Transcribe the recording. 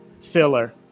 Filler